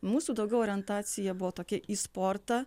mūsų daugiau orientacija buvo tokia į sportą